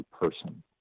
person